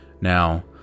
Now